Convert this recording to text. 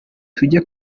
tujye